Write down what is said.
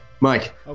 Mike